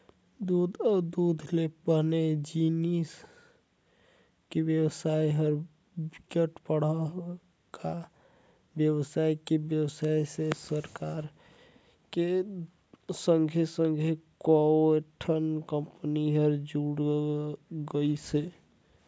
दूद अउ दूद ले बने जिनिस के बेवसाय ह बिकट बड़का बेवसाय हे, बेवसाय में सरकार के संघे संघे कयोठन कंपनी हर जुड़ गइसे